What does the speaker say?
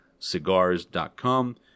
Cigars.com